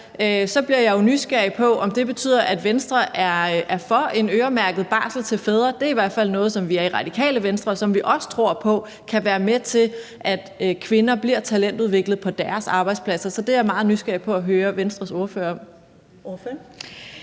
Så bliver jeg jo nysgerrig på at høre, om det betyder, at Venstre er for en øremærket barsel til fædre. Det er i hvert fald noget, som vi i Radikale Venstre er for, og som vi også tror på kan være med til at gøre, at kvinder bliver talentudviklet på deres arbejdsplads. Så det er jeg meget nysgerrig på at høre Venstres ordfører om.